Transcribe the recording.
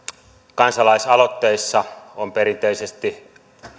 kansalaisaloitteissa on perinteisesti